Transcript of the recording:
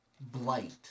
Blight